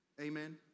Amen